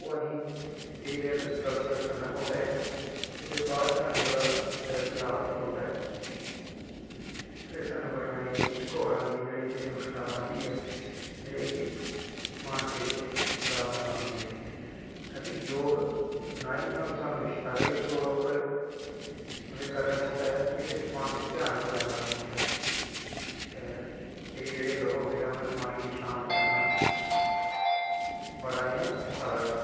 ओह् असेंगी केंई देर तक करना पौंदा ऐ ओह्दे बाद च साह्नू ओह्दा लाभ लब्भदा ऐ फिर साह्नू कठनाई इकहोर आंदी ऐ जेह्ड़ी ते मुश्कलात आंदी ऐ जेह्ड़ी ऐ कि मानसिक मुश्कलात आंदी ऐ क्योंकि योग नां ई साह्नू शारिरिक तौर उप्पर मतलव की करना पौंदा ऐ एह्दै चमासिक ध्यान बी बड़ा लाना पौंदा ऐ ते केंईजेह्ड़े लोग होंदा उनैं मन घी शांत बड़ा इयां औक्खा लगदा